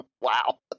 wow